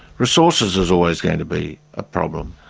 resources is always going to be a problem,